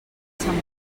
sant